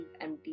empty